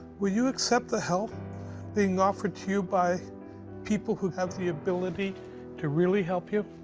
will you accept the help being offered to you by people who have the ability to really help you?